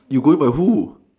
you going by who